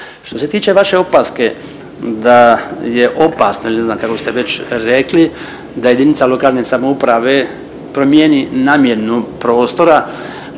Što se tiče vaše opaske da je opasno ili ne znam kako ste već rekli da jedinica lokalne samouprave promijeni namjenu prostora